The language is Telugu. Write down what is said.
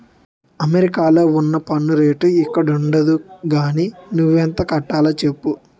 అమెరికాలో ఉన్న పన్ను రేటు ఇక్కడుండదు గానీ నువ్వెంత కట్టాలో చెప్పు